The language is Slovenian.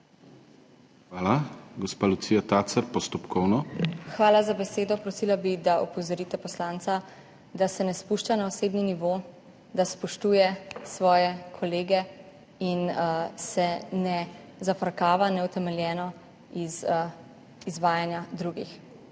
Hvala. Gospa Lucija Tacer, postopkovno. LUCIJA TACER (PS Svoboda): Hvala za besedo. Prosila bi, da opozorite poslanca, da se ne spušča na osebni nivo, da spoštuje svoje kolege in se ne zafrkava neutemeljeno iz izvajanja drugih.